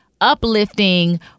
uplifting